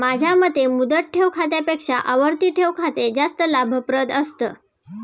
माझ्या मते मुदत ठेव खात्यापेक्षा आवर्ती ठेव खाते जास्त लाभप्रद असतं